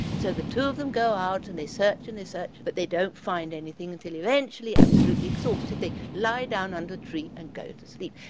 so the two of them go out and they search and they search, but they don't find anything until eventually, absolutely exhausted, they lie down under a tree and go to sleep.